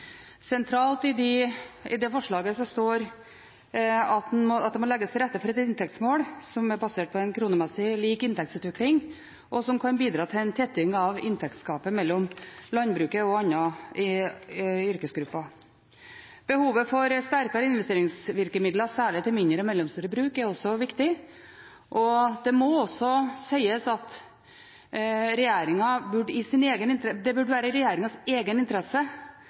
Sentralt er det forslaget der det står at det må legges til rette for et inntektsmål som er basert på en kronemessig lik inntektsutvikling, og som kan bidra til en tetting av inntektsgapet mellom landbruket og andre yrkesgrupper. Behovet for sterkere investeringsvirkemidler, særlig til mindre og mellomstore bruk, er også viktig. Det må også sies at det burde vært i regjeringens egen